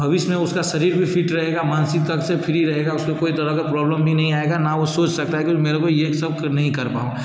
भविष्य में उसक शरीर भी फ़िट रहेगा मानसिक तक से फ़्री रहेगा उसपे कोई तरह का प्रॉब्लम भी नही आएगा ना वो सोच सकता है मेरे को ये सब नहीं कर पाऊं